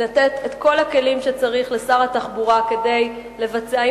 לתת את כל הכלים שצריך לשר התחבורה כדי לבצע,